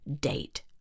date